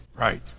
Right